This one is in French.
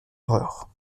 erreur